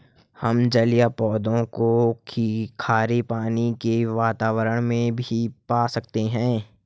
हम जलीय पौधों को खारे पानी के वातावरण में भी पा सकते हैं